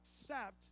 accept